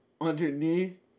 underneath